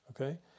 okay